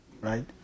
right